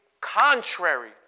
contrary